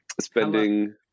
Spending